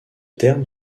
terme